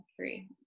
three